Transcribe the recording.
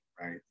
right